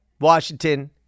Washington